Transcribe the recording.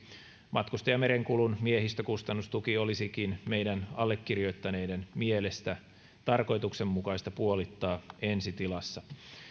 matkustajamerenkulun miehistökustannustuki olisikin meidän allekirjoittaneiden mielestä tarkoituksenmukaista puolittaa ensi tilassa